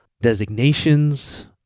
designations